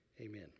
Amen